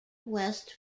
west